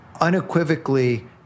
unequivocally